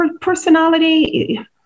Personality